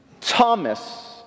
Thomas